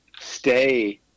stay